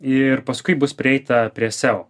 ir paskui bus prieita prie seo